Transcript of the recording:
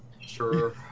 sure